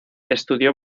estudió